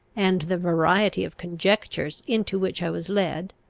and the variety of conjectures into which i was led,